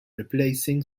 replacing